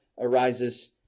arises